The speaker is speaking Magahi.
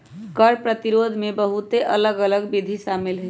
कर प्रतिरोध में बहुते अलग अल्लग विधि शामिल हइ